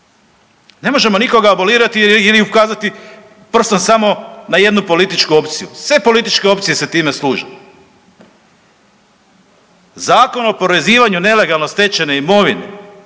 Ne možemo nikoga abolirati ili ukazati prstom samo na jednu političku opciju. Sve političke opcije se time služe. Zakon o oporezivanju nelegalno stečene imovine,